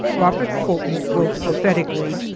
robert fulton wrote prophetically,